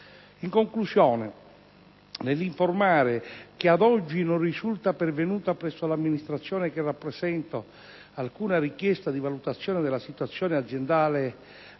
In conclusione, nell'informare che, ad oggi, non risulta pervenuta presso l'Amministrazione che rappresento alcuna richiesta di valutazione della situazione aziendale